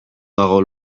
dago